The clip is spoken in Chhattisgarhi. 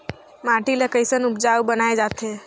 माटी ला कैसन उपजाऊ बनाय जाथे?